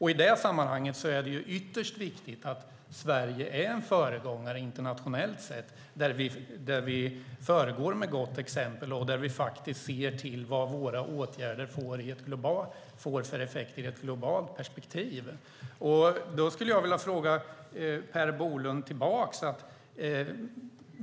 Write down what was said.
I det sammanhanget är det ytterst viktigt att Sverige är en föregångare internationellt sett, föregår med gott exempel och faktiskt ser till vad våra åtgärder får för effekter i ett globalt perspektiv. Jag skulle vilja ställa en fråga till Per Bolund.